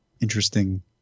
interesting